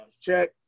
check